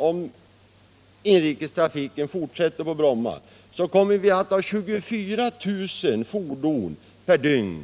Om inrikestrafiken fortsätter på Bromma, kommer vi år 2000 att ha 24 000 fordon per dygn.